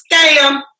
Scam